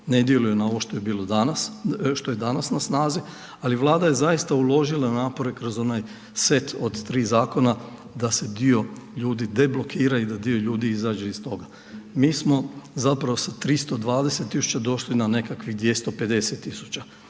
je bilo danas, što je danas na snazi, ali Vlada je zaista uložila napore kroz onaj set od tri zakona da se dio ljudi deblokira i da dio ljudi izađe iz toga. Mi smo zapravo sa 320 tisuća došli na nekakvih 250